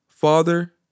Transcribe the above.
Father